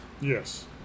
Yes